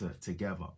together